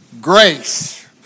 grace